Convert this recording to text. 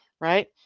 right